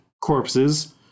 corpses